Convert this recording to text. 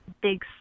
big